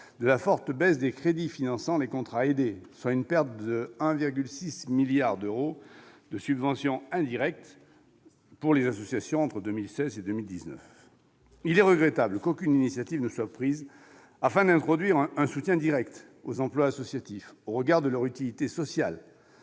de la forte baisse des crédits finançant les contrats aidés, soit une perte de 1,6 milliard d'euros de subventions indirectes pour les associations entre 2016 et 2019. Il est regrettable qu'aucune initiative ne soit prise afin d'introduire un soutien direct aux emplois associatifs au regard de leur utilité sociale,